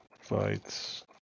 fights